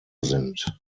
sind